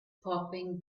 popping